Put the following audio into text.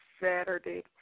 Saturday